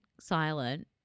silent